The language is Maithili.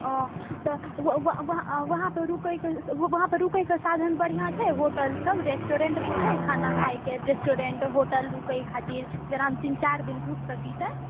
ओ तऽ वहाँपे रुकएके वहाँपे रुकएके साधन बढ़िआँ छै होटल सब रेस्टुरेन्ट छै खाना खाएके रेस्टोरेन्ट होटल रुकए खातिर जेना हम तीन चारि दिन रुकी सकी तऽ